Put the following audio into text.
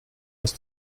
aus